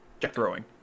throwing